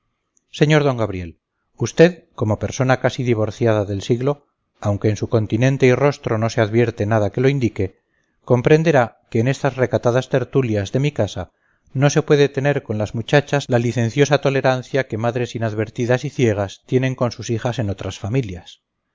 sr d gabriel usted como persona casi divorciada del siglo aunque en su continente y rostro no se advierte nada que lo indique comprenderá que en estas recatadas tertulias de mi casa no se puede tener con las muchachas la licenciosa tolerancia que madres inadvertidas y ciegas tienen con sus hijas en otras familias